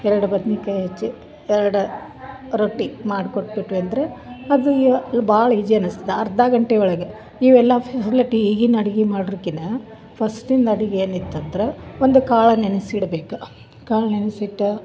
ಎರಡು ಬದ್ನಿಕಾಯಿ ಹಚ್ಚಿ ಎರಡು ರೊಟ್ಟಿ ಮಾಡ್ಕೊಟ್ಬಿಟ್ವಿ ಅಂದರೆ ಅದು ಯ ಭಾಳ ಈಜಿ ಅನಿಸ್ತದೆ ಅರ್ಧ ಗಂಟೆ ಒಳಗೆ ಇವೆಲ್ಲ ಹಗ್ಲಟ್ಟಿ ಈಗಿನ ಅಡ್ಗಿ ಮಾಡೂರ್ಕಿನ ಫಸ್ಟಿಂದ ಅಡಿಗೆ ಏನಿತ್ತಂದ್ರೆ ಒಂದು ಕಾಳು ನೆನ್ಸಿಡ್ಬೇಕು ಕಾಳು ನೆನ್ಸಿಟ್ಟು